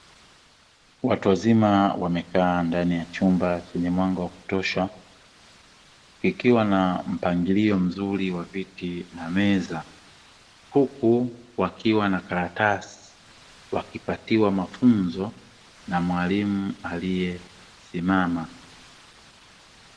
Watu wazima wamekaa ndani ya chumba chenye mwanga wa kutosha ikiwa na mpangilio mzuri wa viti na meza, huku wakiwa na karatasi wakipatiwa mafunzo na wmalimu aliyesimama.